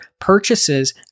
purchases